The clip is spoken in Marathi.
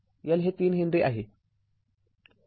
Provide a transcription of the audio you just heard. L हे ३ हेनरी आहे